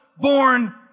born